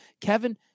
kevin